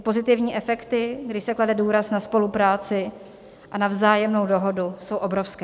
Pozitivní efekty, kdy se klade důraz na spolupráci a na vzájemnou dohodu, jsou obrovské.